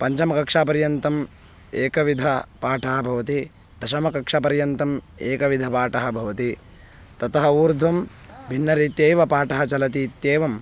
पञ्चमकक्षापर्यन्तम् एकविधः पाठः भवति दशमी कक्षापर्यन्तम् एकविधः पाठः भवति ततः ऊर्ध्वं भिन्नरीत्यैव पाठः चलति इत्येवम्